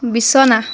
বিছনা